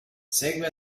segue